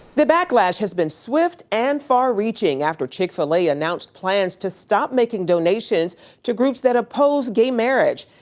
the backlash has been swift and far reaching after chick fil-a announced plans to stop making donations to groups that oppose gay marriage,